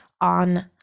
on